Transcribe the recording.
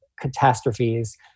catastrophes